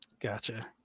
gotcha